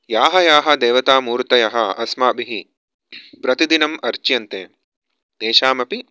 याः याः देवतामूर्तयः अस्माभिः प्रतिदिनं अर्च्यन्ते तेषामपि